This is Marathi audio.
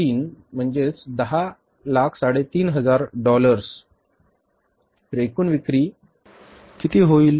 3 म्हणजे दहा लाख साडेतीन हजार डॉलर्स तर एकूण विक्री किती होईल